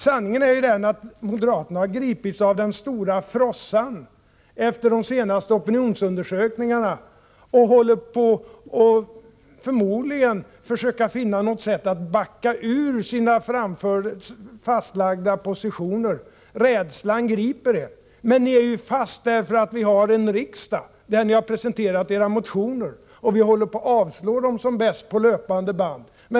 Sanningen är den att moderaterna har gripits av den stora frossan efter de senaste opinionsundersökningarna. Ni håller förmodligen på att försöka finna något sätt att backa ur era fastlagda positioner. Rädslan griper er, men ni är ju fast, för vi har en riksdag där ni har presenterat era motioner. Vi håller som bäst på med att avslå dem på löpande band.